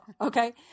okay